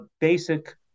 basic